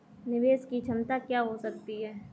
निवेश की क्षमता क्या हो सकती है?